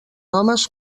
homes